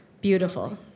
beautiful